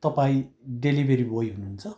तपाईँ delivery boy हुनुहुन्छ